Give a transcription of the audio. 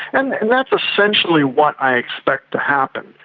and that's essentially what i expect to happen.